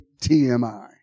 TMI